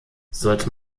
sollte